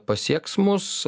pasieks mus